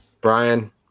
Brian